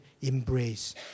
embrace